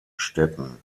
städten